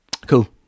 Cool